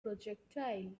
projectile